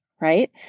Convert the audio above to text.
right